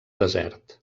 desert